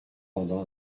pendant